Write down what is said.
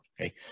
okay